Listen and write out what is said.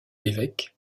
l’évêque